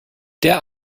der